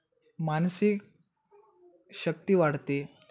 मानसिक शक्ती वाढते